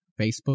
facebook